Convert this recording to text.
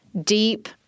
deep